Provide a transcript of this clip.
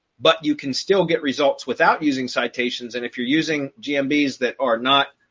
but you can still get results without using citations. and if you're using gm bees that are not,